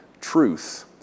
truth